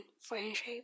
friendship